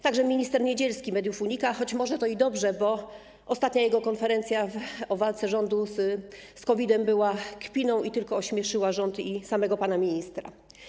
Także minister Niedzielski unika mediów, choć może to i dobrze, bo jego ostatnia konferencja o walce rządu z COVID-em była kpiną i tylko ośmieszyła rząd i samego pana ministra.